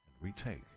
retake